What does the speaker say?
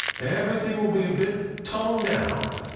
everything will be a bit tone down.